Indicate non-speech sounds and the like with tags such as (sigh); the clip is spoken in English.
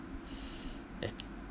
(breath) that